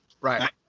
Right